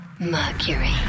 Mercury